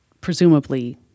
presumably